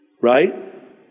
right